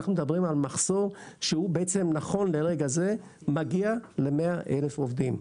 אנחנו מדברים על מחסור שהוא בעצם נכון לרגע זה מגיע ל-100,000 עובדים.